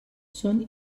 són